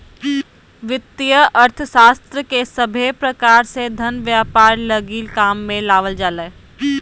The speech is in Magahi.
वित्तीय अर्थशास्त्र के सभे प्रकार से धन व्यापार लगी काम मे लावल जा हय